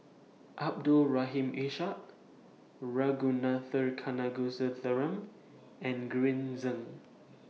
Abdul Rahim Ishak Ragunathar Kanagasuntheram and Green Zeng